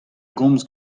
gomz